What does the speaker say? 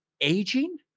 aging